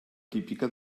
típica